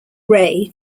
ray